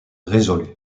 résolus